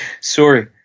sorry